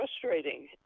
frustrating